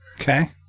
okay